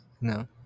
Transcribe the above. No